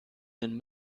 den